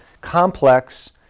complex